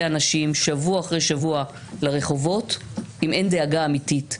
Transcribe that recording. אנשים שבוע אחרי שבוע לרחובות אם אין דאגה אמיתית.